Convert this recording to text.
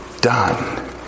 done